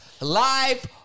Live